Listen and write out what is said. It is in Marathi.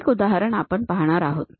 एक उदाहरण आपण पाहणार आहोत